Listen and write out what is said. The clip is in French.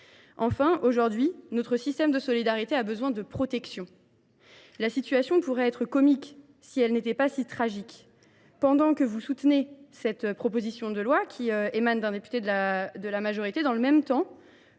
chacun. Aujourd’hui, notre système de solidarité a également besoin de protection. La situation pourrait être comique si elle n’était pas si tragique : pendant que vous soutenez cette proposition de loi, qui émane d’un député de la majorité, le Gouvernement